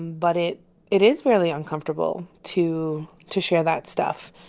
but it it is really uncomfortable to to share that stuff.